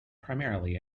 primarily